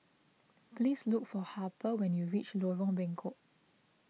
please look for Harper when you reach Lorong Bengkok